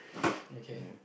okay